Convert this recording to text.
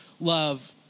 love